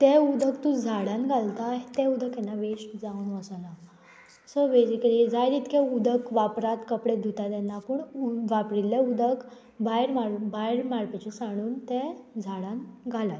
तें उदक तूं झाडान घालता तें उदक केन्ना वेस्ट जावन वचना सो बेजिकली जाय तितकें उदक वापरात कपडे धुता तेन्ना पूण वापरिल्लें उदक भायर मारून भायर मारपाचें साणून तें झाडांक घालात